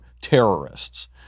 terrorists